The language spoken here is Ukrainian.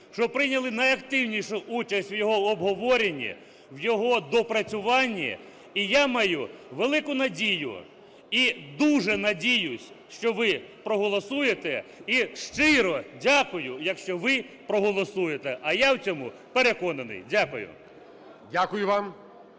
що прийняли найактивнішу участь в його обговоренні, в його доопрацюванні. І я маю велику надію і дуже надіюсь, що ви проголосуєте. І щиро дякую, якщо ви проголосуєте. А я в цьому переконаний. Дякую. ГОЛОВУЮЧИЙ.